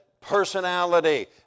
personality